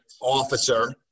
officer